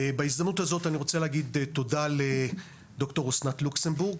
בהזדמנות הזאת אני רוצה להגיע תודה לד"ר אסנת לוקסנבורג,